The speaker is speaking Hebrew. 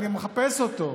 אני מחפש אותו.